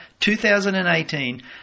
2018